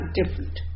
different